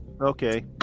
okay